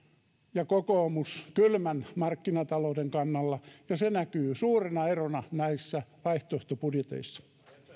ja kokoomus kylmän markkinatalouden kannalla ja se näkyy suurena erona näissä vaihtoehtobudjeteissa